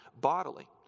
bodily